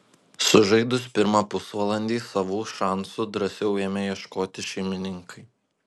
sužaidus pirmą pusvalandį savų šansų drąsiau ėmė ieškoti šeimininkai